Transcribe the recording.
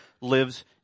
lives